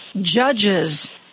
judges